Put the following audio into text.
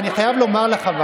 אני ממליצה לכם